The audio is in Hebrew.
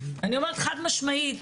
אני אומרת חד משמעית,